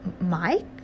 mike